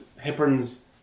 heparin's